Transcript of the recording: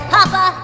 Papa